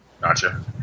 gotcha